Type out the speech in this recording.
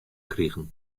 krigen